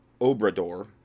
Obrador